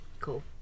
cool